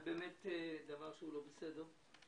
זה באמת דבר שהוא לא בסדר.